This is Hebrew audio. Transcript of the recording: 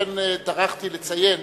לכן טרחתי לציין,